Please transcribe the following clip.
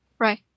Right